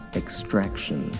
extraction